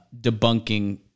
debunking